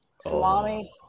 Salami